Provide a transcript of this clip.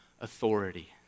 authority